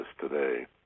today